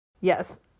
yes